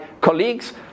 colleagues